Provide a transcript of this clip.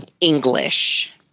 English